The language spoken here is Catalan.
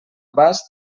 abast